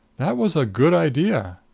that was a good idea.